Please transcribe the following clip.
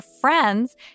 friends